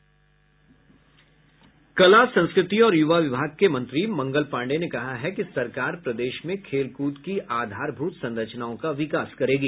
कला संस्कृति और युवा विभाग के मंत्री मंगल पाण्डेय ने कहा है कि सरकार प्रदेश में खेल कूद की आधारभूत संरचनाओं का विकास करेगी